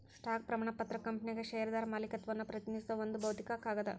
stock ಪ್ರಮಾಣ ಪತ್ರ ಕಂಪನ್ಯಾಗ ಷೇರ್ದಾರ ಮಾಲೇಕತ್ವವನ್ನ ಪ್ರತಿನಿಧಿಸೋ ಒಂದ್ ಭೌತಿಕ ಕಾಗದ